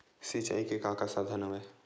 सिंचाई के का का साधन हवय?